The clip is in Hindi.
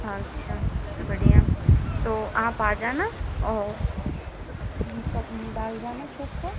अच्छा बढ़िया तो आप आ जाना और डाल जाना सूट को